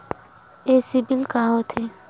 ये सीबिल का होथे?